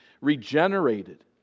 regenerated